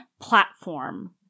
platform